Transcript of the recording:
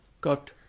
Got